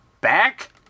back